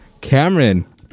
Cameron